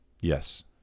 Yes